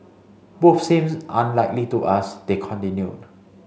both seems unlikely to us they continued